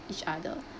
each other